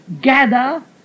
gather